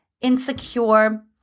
insecure